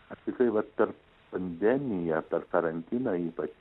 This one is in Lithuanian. aš tikrai vat per pandemiją per karantiną ypač